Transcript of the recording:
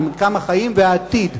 במרקם החיים והעתיד.